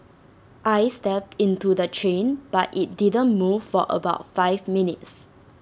I stepped into the train but IT didn't move for about five minutes